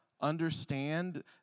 understand